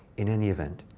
in any event.